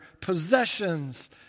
possessions